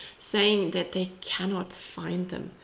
saying that they cannot find them.